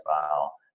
file